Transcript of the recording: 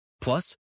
Plus